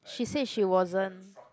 she said she wasn't